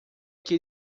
que